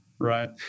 right